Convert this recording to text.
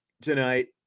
tonight